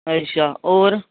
अच्छा होर